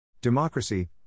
Democracy